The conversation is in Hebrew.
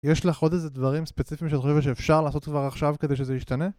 יש לך עוד איזה דברים ספציפיים שאת חושבת שאפשר לעשות כבר עכשיו כדי שזה ישתנה?